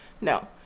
No